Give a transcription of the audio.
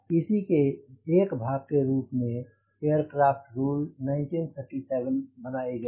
इसी के एक भाग के रूप में एयरक्राफ़्ट रूल 1937 बनाए गए